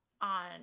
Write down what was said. on